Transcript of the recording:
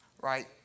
right